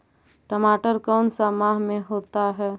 टमाटर कौन सा माह में होता है?